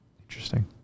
interesting